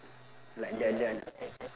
like now